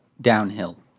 Downhill